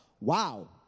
wow